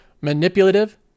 manipulative